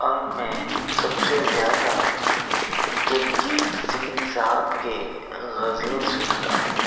اور میں سب سے زیادہ جگجیت سنگھ صاحب کے غزلیں سنتا ہوں